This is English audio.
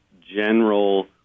general